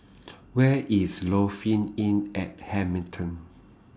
Where IS Lofi Inn At Hamilton